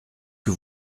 que